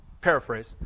Paraphrase